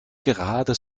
gerade